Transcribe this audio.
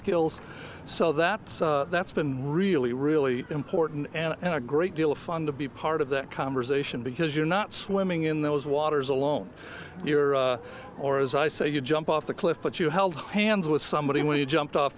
skills so that that's been really really important and a great deal of fun to be part of that conversation because you're not swimming in those waters alone or as i say you jump off the cliff but you held hands with somebody when you jumped off